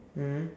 mm